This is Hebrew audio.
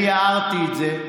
אני הערתי את זה.